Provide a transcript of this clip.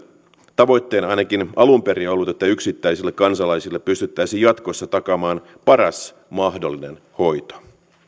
tavoitteena ainakin alun perin on ollut että yksittäisille kansalaisille pystyttäisiin jatkossa takaamaan paras mahdollinen hoito